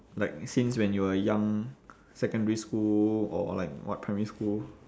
like since when you were young secondary school or like what primary school